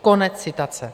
Konec citace.